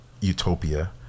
utopia